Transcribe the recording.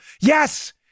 Yes